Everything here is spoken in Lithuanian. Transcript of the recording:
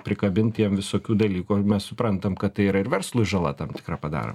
prikabint jiem visokių dalykų mes suprantam kad tai yra ir verslui žala tam tikrą padaro